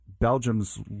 Belgium's